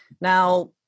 Now